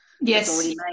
yes